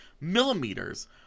millimeters